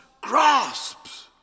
grasps